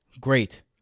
great